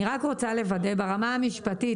אני רק רוצה לוודא ברמה המשפטית.